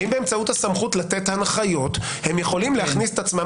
האם באמצעות הסמכות לתת הנחיות הם יכולים להכניס את עצמם